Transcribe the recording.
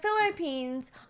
Philippines